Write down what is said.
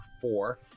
four